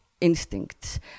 instincts